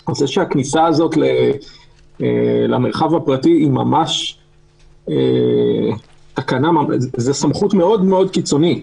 על זה שהכניסה הזאת למרחב הפרטי זו סמכות מאוד מאוד קיצונית.